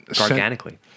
Organically